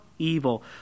evil